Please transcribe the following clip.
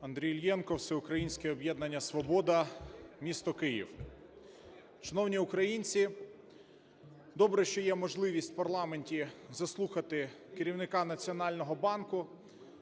Андрій Іллєнко, Всеукраїнське "Об'єднання "Свобода", місто Київ. Шановні українці, добре, що є можливість в парламенті заслухати керівника Національного банку,